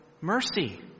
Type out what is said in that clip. mercy